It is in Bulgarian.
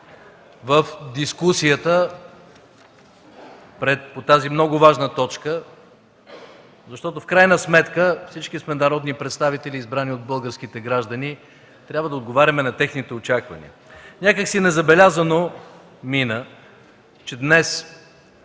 в дискусията по тази много важна точка, защото в крайна сметка всички сме народни представители, избрани от българските граждани, и трябва да отговаряме на техните очаквания. Някак си незабелязано мина, че днес